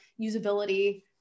usability